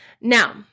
Now